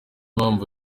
mpamvu